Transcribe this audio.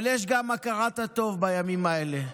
אבל יש גם הכרת הטוב בימים האלה.